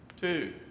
Two